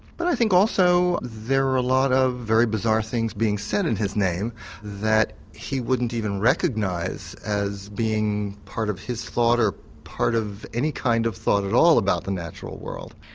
but i think also there are a lot of very bizarre things being said in his name that he wouldn't even recognise as being part of his thought or part of any kind of thought at all about the natural world.